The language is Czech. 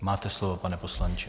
Máte slovo, pane poslanče.